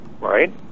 right